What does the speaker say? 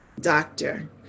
doctor